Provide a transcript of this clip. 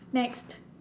next